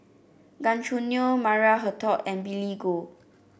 Gan Choo Neo Maria Hertogh and Billy Koh